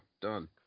Done